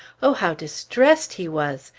oh, how distressed he was!